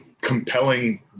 compelling